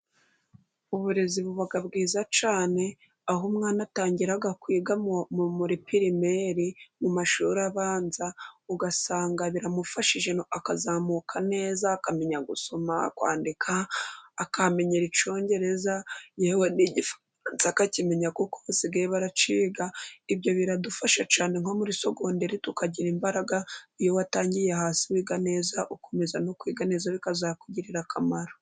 Uburezi buba bwiza cyane, aho umwana atangira kwiga muri primeri mu mashuri abanza, ugasanga biramufashije akazamuka neza, akamenya gusoma, kwandika, akahamenyera icyongereza, yewe n'igifaransa akakimenya kuko basigaye bakiga. Ibyo biradufasha cyane. Nko muri segonderi, tukagira imbaraga iyo watangiye hasi wiga neza ugakomeza no kwiga neza, bikazakugirira akamaro.